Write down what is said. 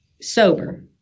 sober